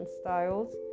styles